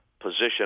position